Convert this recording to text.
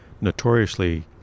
notoriously